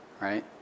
Right